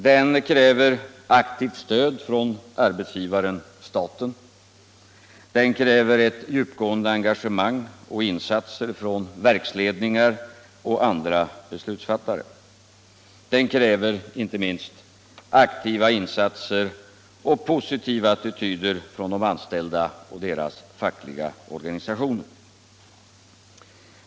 Den kräver aktivt stöd från arbetsgivaren-staten, den kräver ett djupgående engagemang och insatser från verksledningar och andra beslutsfattare. Den kräver inte minst aktiva insatser och positiva attityder från de anställda och deras fackliga organisationer.